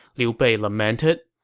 liu bei lamented.